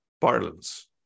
parlance